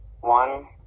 one